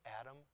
Adam